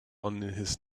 his